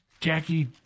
Jackie